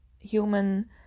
human